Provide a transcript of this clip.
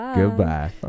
goodbye